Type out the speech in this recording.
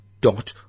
dot